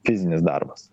fizinis darbas